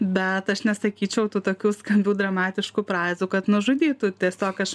bet aš nesakyčiau tų tokių skambių dramatiškų frazių kad nužudei tu tiesiog aš